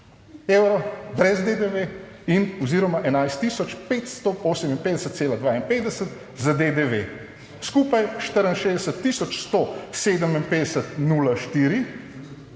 evrov brez DDV in oziroma 11558,52 z DDV. Skupaj 64157,04.